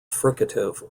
fricative